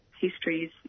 histories